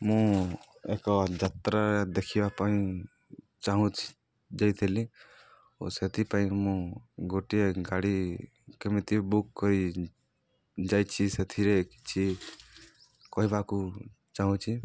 ମୁଁ ଏକ ଯାତ୍ରା ଦେଖିବା ପାଇଁ ଚାହୁଁଛି ଯାଇଥିଲି ଓ ସେଥିପାଇଁ ମୁଁ ଗୋଟିଏ ଗାଡ଼ି କେମିତି ବୁକ୍ କରି ଯାଇଛି ସେଥିରେ କିଛି କହିବାକୁ ଚାହୁଁଛି